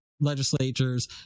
legislatures